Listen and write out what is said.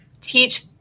teach